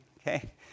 Okay